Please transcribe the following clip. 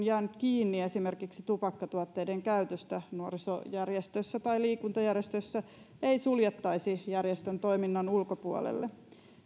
jäänyt kiinni esimerkiksi tupakkatuotteiden käytöstä nuorisojärjestössä tai liikuntajärjestössä ei suljettaisi järjestön toiminnan ulkopuolelle